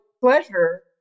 pleasure